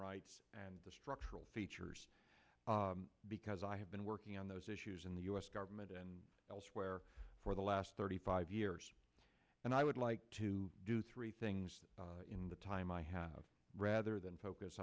rights and the structural features because i have been working on those issues in the u s government and elsewhere for the last thirty five years and i would like to do three things in the time i have rather than focus